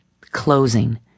Closing